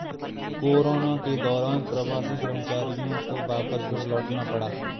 corona के दौरान प्रवासी कर्मचारियों को वापस घर लौटना पड़ा